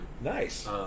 Nice